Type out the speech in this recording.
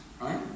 right